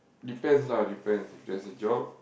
depends lah depends if there's a job